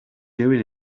doing